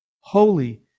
holy